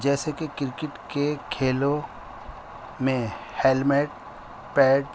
جیسے کہ کرکٹ کے کھیلوں میں ہیلمیٹ پیڈ